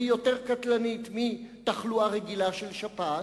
יותר קטלנית מתחלואה רגילה של שפעת,